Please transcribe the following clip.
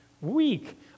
Weak